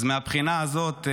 אז מהבחינה הזאת,